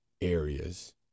areas